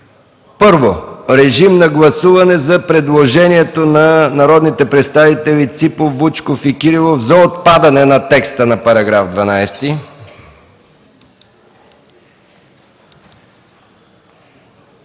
виждам. Режим на гласуване за предложението на народните представители Ципов, Вучков и Кирилов за отпадане на текста на § 12.